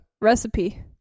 Recipe